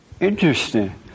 Interesting